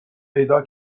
پیدا